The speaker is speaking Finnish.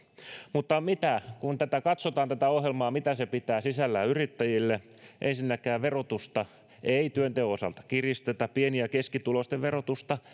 mutta kun katsotaan tätä ohjelmaa mitä se pitää sisällään yrittäjille ensinnäkään verotusta ei työnteon osalta kiristetä pieni ja keskituloisten verotusta